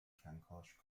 کنکاش